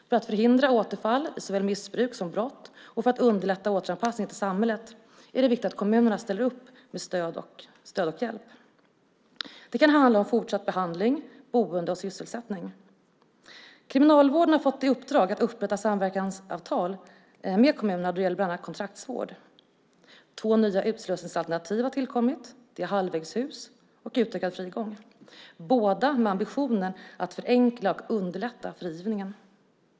För att förhindra återfall i såväl missbruk som brott och för att underlätta återanpassning till samhället är det viktigt att kommunerna ställer upp med stöd och hjälp. Det kan handla om fortsatt behandling, boende och sysselsättning. Kriminalvården har fått i uppdrag att upprätta samverkansavtal med kommunerna då det gäller bland annat kontraktsvård. Två nya utslussningsalternativ har tillkommit. Det är halvvägshus och utökad frigång, båda med ambitionen att förenkla och underlätta frigivningen.